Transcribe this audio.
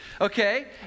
okay